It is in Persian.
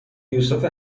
یوسف